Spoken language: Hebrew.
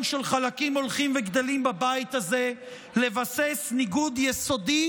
של חלקים הולכים וגדלים בבית הזה לבסס ניגוד יסודי,